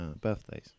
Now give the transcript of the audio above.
birthdays